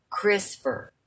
CRISPR